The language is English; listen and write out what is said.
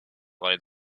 lay